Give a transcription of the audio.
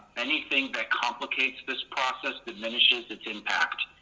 anything that complicates this process diminishes its impact,